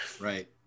right